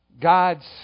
God's